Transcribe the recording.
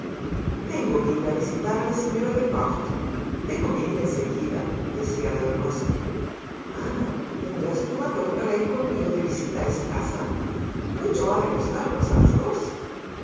tengo que ir a visitar a la señora de croft tengo que ir en seguidadecía la de rusell ana tendrás tú valor para ir conmigo de visita a esa casa mucho ha de costamos a las dos ana